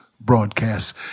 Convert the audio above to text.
broadcast